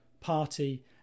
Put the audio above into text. party